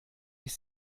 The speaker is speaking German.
ich